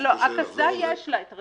שקשה לחזור על זה- - הקסדה יש לה הרצועה,